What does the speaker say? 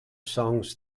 songs